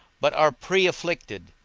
but are pre-afflicted,